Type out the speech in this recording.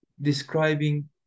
describing